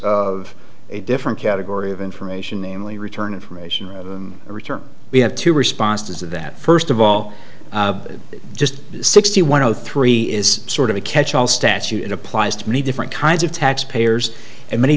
of a different category of information namely return information of a return we have to response to that first of all just sixty one zero three is sort of a catch all statute applies to many different kinds of tax payers and many